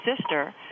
sister